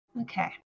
Okay